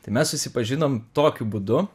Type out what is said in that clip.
tai mes susipažinom tokiu būdu